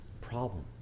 problem